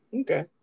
Okay